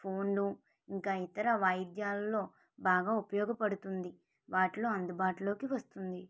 phone ఇంకా ఇతర వాయిద్యాలలో బాగా ఉపయోగపడుతుంది వాటిలో అందుబాటులోకి వస్తుంది